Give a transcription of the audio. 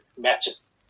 matches